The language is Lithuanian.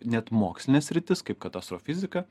net mokslines sritis kaip kad astrofizika